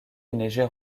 neiger